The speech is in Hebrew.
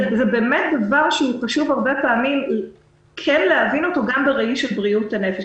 זה באמת דבר שחשוב הרבה פעמים להבין אותו גם בראי של בריאות הנפש.